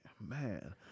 Man